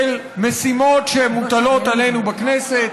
של משימות שמוטלות עלינו בכנסת?